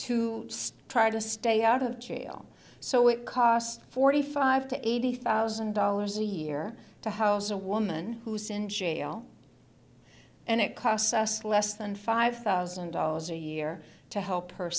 strive to stay out of jail so it costs forty five to eighty thousand dollars a year to house a woman who's in jail and it costs us less than five thousand dollars a year to help her